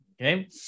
Okay